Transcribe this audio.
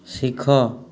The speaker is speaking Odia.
ଶିଖ